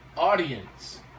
Audience